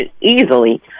easily